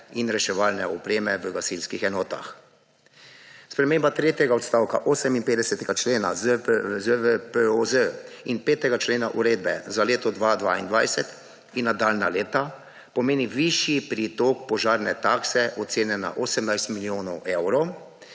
in reševalne opreme v gasilskih enotah. Sprememba tretjega odstavka 58. člena ZVPoz in 5. člena Uredbe o požarni taksi za leto 2022 in nadaljnja leta pomeni višji pritok požarne takse, ocenjen na 18 milijonov evrov,